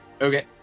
Okay